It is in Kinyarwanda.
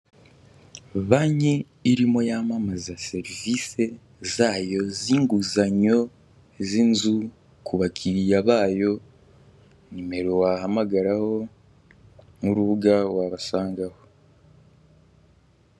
Banki irimo yamamaza serivisi zayo z'inguzanyo z'izu ku bakiriya bayo nimero wahamagaraho n'urubuga wabasangaho.